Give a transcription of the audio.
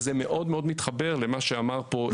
וזה מאוד מאוד מתחבר למה שאמר פה עמיתי קודם.